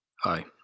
Hi